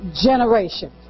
generation